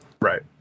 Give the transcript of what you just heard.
Right